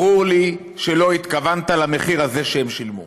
ברור לי שלא התכוונת למחיר הזה שהם שילמו.